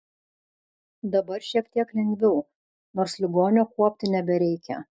dabar šiek tiek lengviau nors ligonio kuopti nebereikia